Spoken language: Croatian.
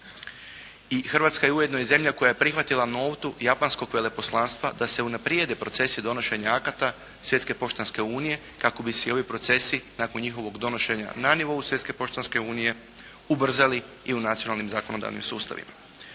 i Hrvatska je ujedno i zemlja koja je prihvatila notu Japanskog veleposlanstva, da se unaprijede procesi donošenje akta Svjetske poštanske unije, kako bi se i ovi procesi nakon njihovog donošenja na nivou Svjetske poštanske unije ubrzali i u nacionalnim zakonodavnim sustavima.